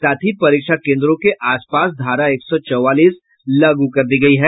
साथ ही परीक्षा केन्द्रों के आस पास धारा एक सौ चौवालीस लागू कर दी गयी है